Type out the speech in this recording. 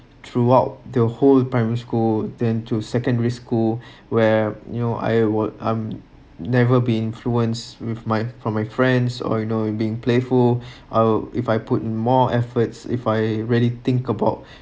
throughout the whole primary school then to secondary school where you know I will I’m never been influence with my from my friends or you know being playful I'll if I put more efforts if I really think about